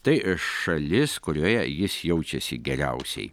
tai šalis kurioje jis jaučiasi geriausiai